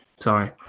Sorry